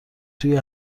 توی